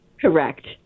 Correct